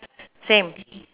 same